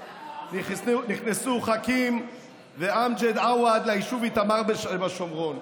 נכנסו חכים ואמג'ד עוואד ליישוב איתמר בשומרון.